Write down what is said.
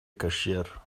cashier